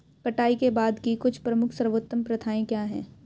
कटाई के बाद की कुछ प्रमुख सर्वोत्तम प्रथाएं क्या हैं?